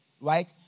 right